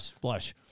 blush